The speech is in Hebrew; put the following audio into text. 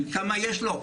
כי כמה ניידות יש לו?